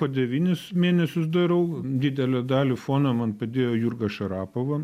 po devynis mėnesius darau didelę dalį fono man padėjo jurga šarapova